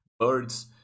birds